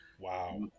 Wow